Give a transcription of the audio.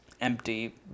empty